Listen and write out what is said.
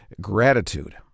Gratitude